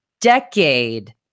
decade